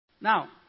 Now